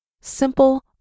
simple